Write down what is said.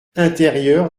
intérieur